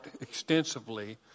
extensively